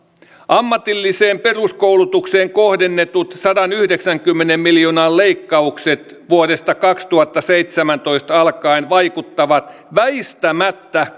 ammatilliseen peruskoulutukseen kohdennetut sadanyhdeksänkymmenen miljoonan leikkaukset vuodesta kaksituhattaseitsemäntoista alkaen vaikuttavat väistämättä